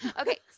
Okay